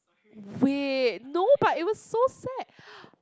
wait no but it was so sad